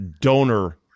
donor